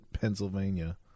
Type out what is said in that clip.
Pennsylvania